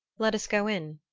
let us go in,